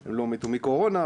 ושהם לא מתו מקורונה,